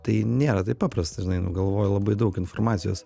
tai nėra taip paprasta žinai nu galvoju labai daug informacijos